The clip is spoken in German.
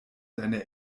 deine